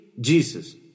Jesus